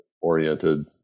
oriented